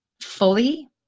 fully